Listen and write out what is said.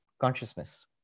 consciousness